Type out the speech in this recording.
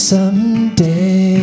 Someday